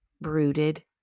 brooded